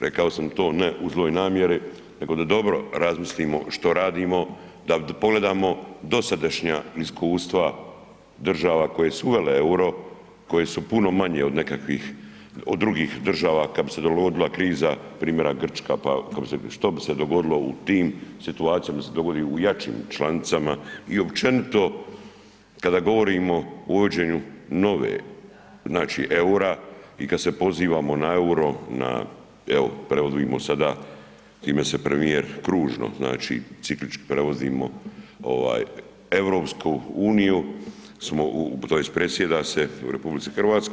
Rekao sam to ne u zloj namjeri nego da dobro razmislimo što radimo, da pogledamo dosadašnja iskustva država koje su uvele EUR-o koje su puno manje od nekakvih, od drugih država kad bi se dogodila kriza, primjera Grčka, pa što bi se dogodilo u tim situacijama, da se dogodi u jačim članicama i općenito kada govorimo o uvođenju nove znači EUR-a i kad se pozivamo na EUR-o na evo predvodimo sada time se premijer kružno, znači ciklički predvodimo EU, smo u, tj. predsjeda se u RH.